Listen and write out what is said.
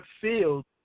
field